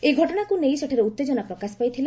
ଏହି ଘଟଣାକୁ ନେଇ ସେଠାରେ ଉତ୍ତେକନା ପ୍ରକାଶ ପାଇଥିଲା